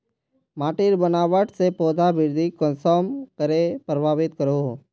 माटिर बनावट से पौधा वृद्धि कुसम करे प्रभावित करो हो?